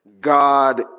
God